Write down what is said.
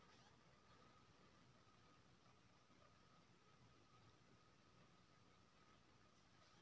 ललका लेटैराइट या करिया माटि क़ेँ नेरियम ओलिएंडर उपजेबाक जोग बुझल जाइ छै